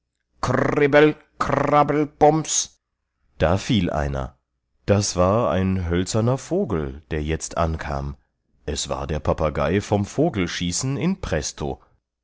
bums da fiel einer das war ein hölzerner vogel der jetzt ankam es war der papagei vom vogelschießen in prästo